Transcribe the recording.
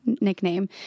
Nickname